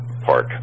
Park